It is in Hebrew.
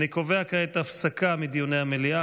אני קובע כי הצעת חוק הארכת תקופות ודחיית מועדים (הוראת שעה,